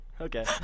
Okay